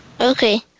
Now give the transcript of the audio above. Okay